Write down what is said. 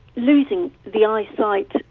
losing the eyesight